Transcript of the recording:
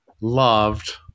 loved